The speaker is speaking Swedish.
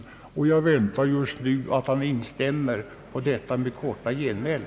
Jag väntar mig nu att han instämmer i detta mitt korta genmäle.